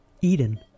Eden